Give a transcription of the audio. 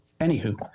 Anywho